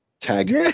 tag